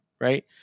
right